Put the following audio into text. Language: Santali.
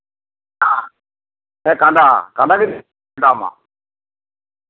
ᱠᱟᱸᱰᱟ ᱠᱟᱸᱰᱟ ᱜᱮ ᱰᱷᱮᱨ ᱫᱟᱢᱟ